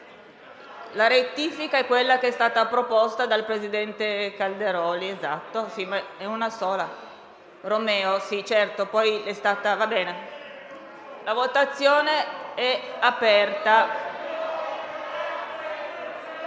La rettifica è quella che è stata proposta dal presidente Romeo. È una sola. La votazione è aperta.